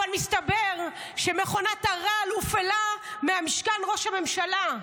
אבל מסתבר שמכונת הרעל הופעלה ממשכן ראש הממשלה.